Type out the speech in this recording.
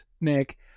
nick